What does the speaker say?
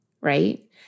Right